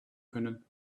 können